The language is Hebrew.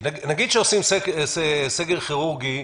נגיד שעושים סגר כירורגי,